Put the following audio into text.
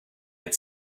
had